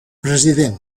president